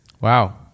Wow